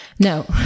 No